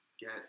get